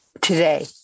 today